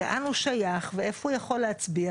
לאן הוא שייך ואיפה הוא יכול להצביע,